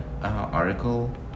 article